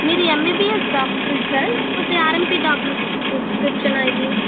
మీరు MBBS doctor ఇచ్చారా లేకపోతే ఆర్ఎంపి డాక్టర్ ప్రిస్క్రిప్షనా ఇది